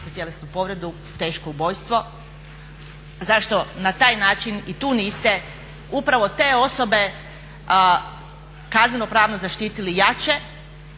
za tešku tjelesnu povredu, teško ubojstvo? Zašto na taj način i tu niste upravo te osobe kazneno-pravno zaštitili jače?